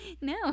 No